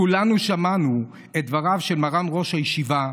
כולנו שמענו את דבריו של מרן ראש הישיבה,